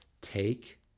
take